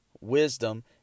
wisdom